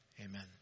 Amen